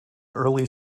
early